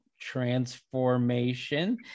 transformation